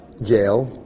jail